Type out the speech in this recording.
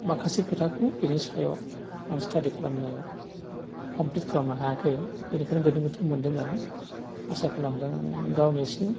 माखासे खोथाखौ बेनि सायाव आं स्टाडि खालामनो कमप्लिट खालामनो हायाखै बिनिखायनो गोनो गोथो मोनदों आरो आसा खालामदों गावनो एसे